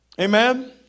Amen